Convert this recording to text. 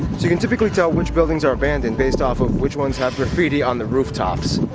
you can typically tell which buildings are abandoned based off of which ones have graffiti on the rooftops.